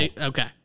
Okay